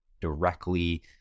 directly